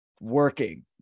working